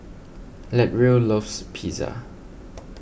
Latrell loves Pizza